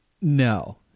No